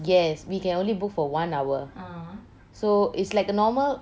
yes we can only book for one hour so it's like a normal